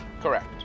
Correct